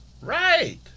Right